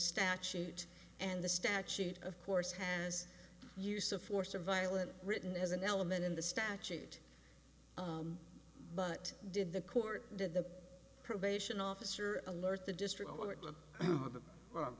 statute and the statute of course has use of force or violence written as an element in the statute but did the court did the probation officer alert the district